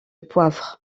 poivre